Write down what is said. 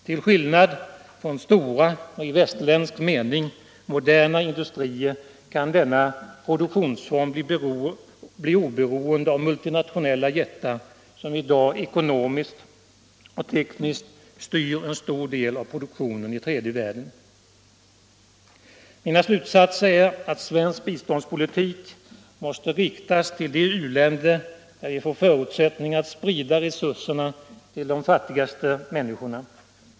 Till skillnad från stora och i västerländsk mening moderna industrier kan denna produktionsform bli oberoende av multinationella jättar som i dag ekonomiskt och tekniskt styr en stor del av produktionen i tredje världen. Mina slutsatser är att svensk biståndspolitik måste riktas till de u-länder där vi får förutsättningar att sprida resurserna till de fattigaste männi skorna.